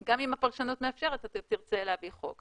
וגם אם הפרשנות מאפשרת, אתה תרצה להביא חוק.